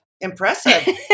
impressive